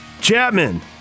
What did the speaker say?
Chapman